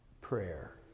prayer